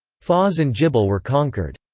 fars and jibal were conquered.